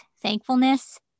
thankfulness